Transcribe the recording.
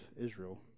Israel